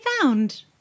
found